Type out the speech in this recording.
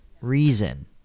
reason